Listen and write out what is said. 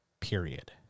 period